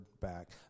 back